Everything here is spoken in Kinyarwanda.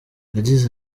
yagize